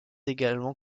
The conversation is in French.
également